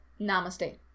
Namaste